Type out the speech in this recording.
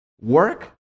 work